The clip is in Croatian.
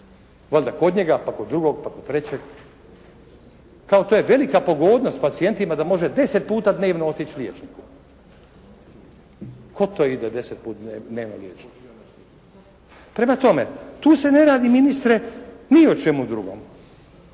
valjda kod njega pa kod drugog pa kod trećeg. Kao to je velika pogodnost pacijentima da može 10 puta dnevno otići liječniku. Tko to ide 10 puta dnevno liječniku? Prema tome tu se ne radi ministre ni o čemu drugom.